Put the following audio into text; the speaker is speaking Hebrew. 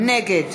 נגד